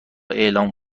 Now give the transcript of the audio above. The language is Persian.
اعلام